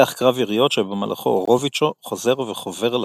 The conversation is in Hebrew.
קרב יריות שבמהלכו רוביצ'ו חוזר וחובר לקבוצה.